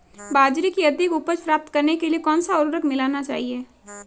बाजरे की अधिक उपज प्राप्त करने के लिए कौनसा उर्वरक मिलाना चाहिए?